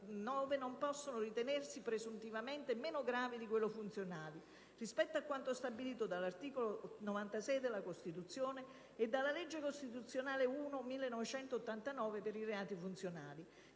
non possono ritenersi presuntivamente meno gravi di quelli funzionali) rispetto a quanto stabilito dall'articolo 96 della Costituzione e dalla legge costituzionale n. 1 del 1989 per i reati funzionali.